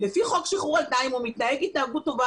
לפי חוק שחרור על תנאי אם הוא מתנהג התנהגות טובה